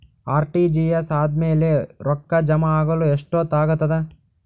RTGS ಆದ್ಮೇಲೆ ರೊಕ್ಕ ಜಮಾ ಆಗಲು ಎಷ್ಟೊತ್ ಆಗತದ?